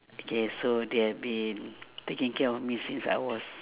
k so they have been taking care of me since I was